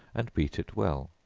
and beat it well,